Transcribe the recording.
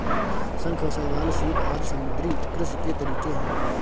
शंख, शैवाल, सीप आदि समुद्री कृषि के तरीके है